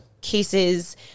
cases